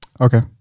Okay